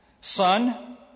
Son